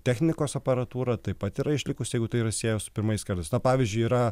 technikos aparatūra taip pat yra išlikusi jeigu tai yra sieja su pirmais kartais na pavyzdžiui yra